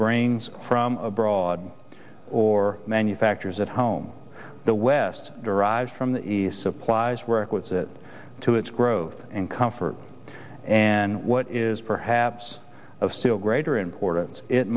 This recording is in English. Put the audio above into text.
brings from abroad or manufactures at home the west derives from the supplies where it was it to its growth and comfort and what is perhaps of still greater importance it